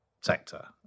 sector